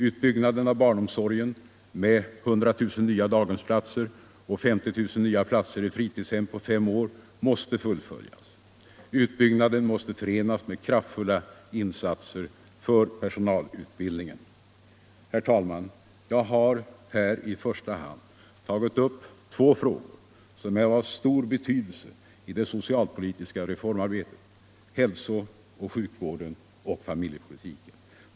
Utbyggnaden av barnomsorgen, med 100 000 nya daghemsplatser och 50 000 nya platser i fritidshem på fem år, måste fullföljas. Utbyggnaden måste förenas med kraftfulla insatser för personalutbildningen. Herr talman! Jag har i första hand tagit upp två frågor som är av stor betydelse i det socialpolitiska reformarbetet, hälsooch sjukvården och familjepolitiken.